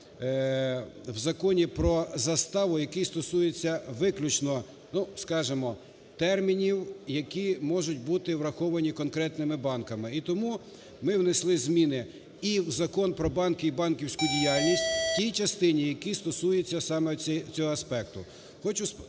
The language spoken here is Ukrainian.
в Законі про заставу, який стосується виключно, ну, скажімо, термінів, які можуть бути враховані конкретними банками, і тому ми внесли зміни і в Закон "Про банки і банківську діяльність" в тій частині, яка стосується саме цього аспекту.